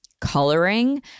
coloring